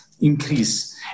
increase